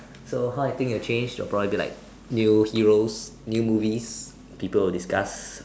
so how you think it will change will probably be like new movies and people will discuss